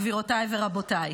גבירותיי ורבותיי.